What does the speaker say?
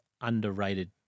underrated